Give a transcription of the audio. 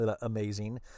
Amazing